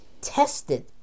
tested